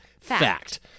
fact